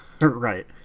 Right